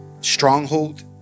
stronghold